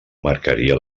marcaria